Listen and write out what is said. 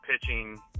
pitching